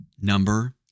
number